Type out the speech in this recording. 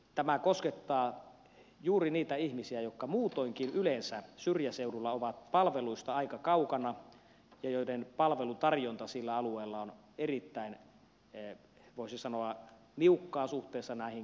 tämä koskettaa juuri niitä ihmisiä jotka muutoinkin yleensä syrjäseudulla ovat palveluista aika kaukana ja joiden palvelutarjonta sillä alueella on erittäin voisi sanoa niukkaa suhteessa näihin keskuskaupunkeihin